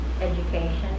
education